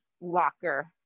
locker